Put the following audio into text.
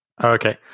okay